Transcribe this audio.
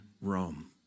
Rome